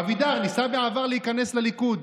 אבידר ניסה בעבר להיכנס לליכוד.